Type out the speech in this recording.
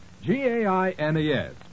G-A-I-N-E-S